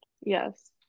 Yes